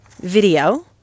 video